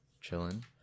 chilling